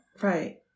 Right